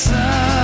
Sun